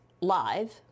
live